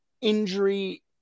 injury